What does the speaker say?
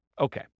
Okay